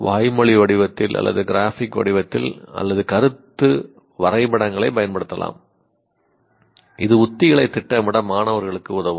வாய்மொழி வடிவத்தில் அல்லது கிராஃபிக் வடிவத்தில் அல்லது கருத்து வரைபடங்களைப் பயன்படுத்தலாம் இது உத்திகளைத் திட்டமிட மாணவர்களுக்கு உதவும்